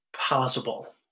palatable